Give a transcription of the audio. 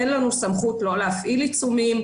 אין לנו סמכות לא להפעיל עיצומים,